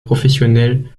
professionnel